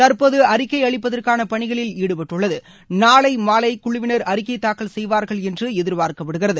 தற்போது அறிக்கை அளிப்பதற்கான பணிகளில் ஈடுபட்டுள்ளது நாளை மாலை குழுவினர் அறிக்கை தாக்கல் செய்வார்கள் என்று எதிர்பார்க்கப்படுகிறது